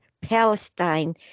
Palestine